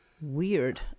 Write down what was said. weird